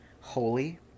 holy